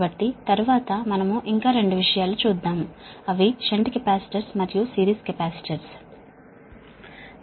కాబట్టి తరువాత మనము ఇంకా రెండు విషయాలు చూద్దాం అవి షంట్ కెపాసిటర్స్ మరియు సిరీస్ కెపాసిటర్స్ సరేనా